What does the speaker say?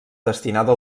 destinada